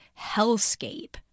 hellscape